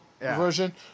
version